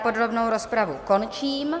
Podrobnou rozpravu končím.